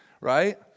right